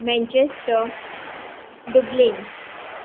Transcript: Manchester dublin